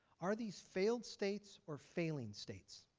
are these failed states or failing states?